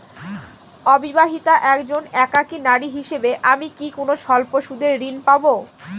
অবিবাহিতা একজন একাকী নারী হিসেবে আমি কি কোনো স্বল্প সুদের ঋণ পাব?